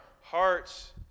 hearts